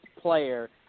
Player